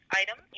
item